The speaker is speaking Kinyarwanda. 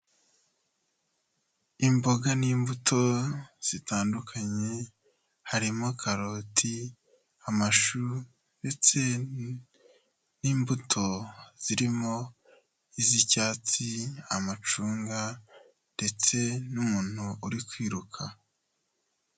Imboga n'imbuto zitandukanye, harimo karoti, amashu ndetse n'imbuto zirimo iz'icyatsi, amacunga ndetse n'umuntu uri kwiruka.